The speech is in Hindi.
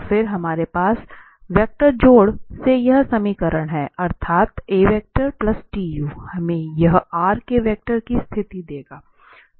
तो फिर हमारे पास वेक्टर जोड़ से यह समीकरण है अर्थात् 𝑎⃗𝑡𝑢 हमें यह r के वेक्टर की स्थिति देगा